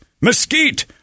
mesquite